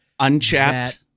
Unchapped